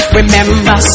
remember